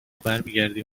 برمیگردی